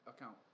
account